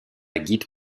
guide